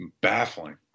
baffling